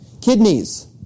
Kidneys